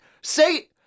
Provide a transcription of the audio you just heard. Say –